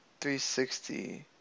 360